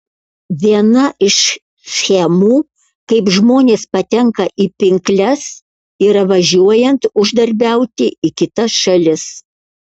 viena iš schemų kaip žmonės patenka į pinkles yra važiuojant uždarbiauti į kitas šalis